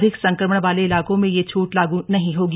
अधिक संक्रमण वाल इलाकों में यह छूट लागू नहीं होगी